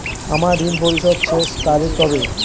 আমার ঋণ পরিশোধের শেষ তারিখ কবে?